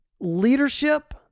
leadership